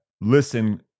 listen